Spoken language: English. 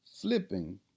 flipping